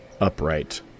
upright